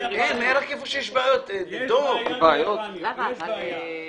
הם לא צריכים אישור --- אדוני היושב-ראש,